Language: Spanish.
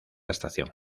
estación